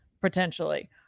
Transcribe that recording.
Potentially